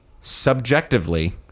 subjectively